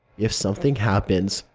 if something happens,